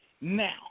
now